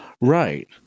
Right